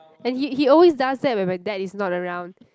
then he he always does that when my dad is not around